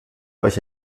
euch